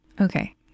Okay